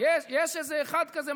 --- יש איזה אחד כזה,